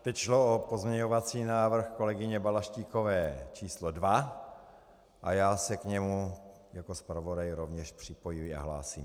Teď šlo o pozměňovací návrh kolegyně Balaštíkové číslo 2 a já se k němu jako zpravodaj rovněž připojuji a hlásím.